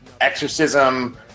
exorcism